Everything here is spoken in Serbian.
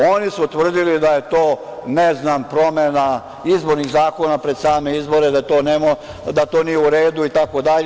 Oni su tvrdili da je to, ne znam, promena izbornih zakona pred same izbore, da to nije u redu itd.